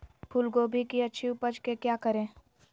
फूलगोभी की अच्छी उपज के क्या करे?